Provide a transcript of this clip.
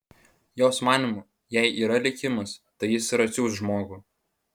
jos manymu jei yra likimas tai jis ir atsiųs žmogų